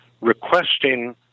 requesting